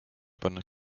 pannud